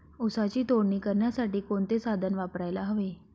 ऊसाची तोडणी करण्यासाठी कोणते साधन वापरायला हवे?